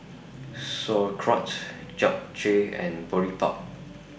Sauerkraut Japchae and Boribap